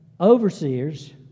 overseers